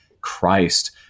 Christ